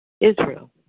Israel